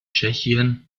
tschechien